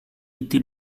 été